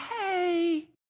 Hey